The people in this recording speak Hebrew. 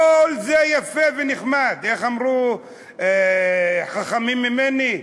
כל זה יפה ונחמד, איך אמרו חכמים ממני,